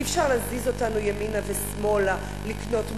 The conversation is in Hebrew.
אי-אפשר להזיז אותנו ימינה ושמאלה, לקנות מלון,